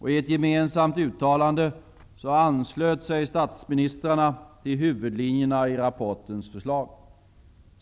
I ett gemensamt uttalande anslöt sig statsministrarna till huvudlinjerna i rapportens förslag.